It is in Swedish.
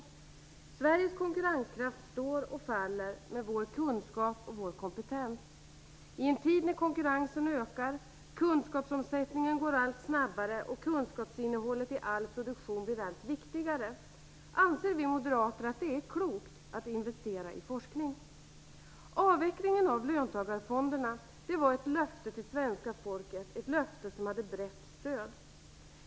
Sveriges konkurrenskraft står och faller med vår kunskap och vår kompetens. I en tid när konkurrensen ökar, kunskapsomsättningen går allt snabbare och kunskapsinnehållet i all produktion blir allt viktigare, anser vi moderater att det är klokt att investera i forskning. Avvecklingen av löntagarfonderna var ett löfte till svenska folket som hade brett stöd.